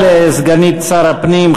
תודה לסגנית שר הפנים,